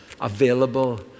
available